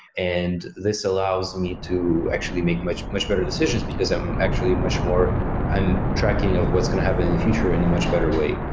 and this allows me to actually make much much better decisions, because i'm actually much more i'm tracking of what's going to happen in the future in a much better way.